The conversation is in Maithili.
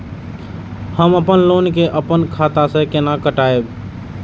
हम अपन लोन के अपन खाता से केना कटायब?